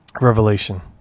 Revelation